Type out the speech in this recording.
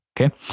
okay